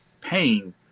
pain